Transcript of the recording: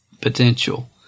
potential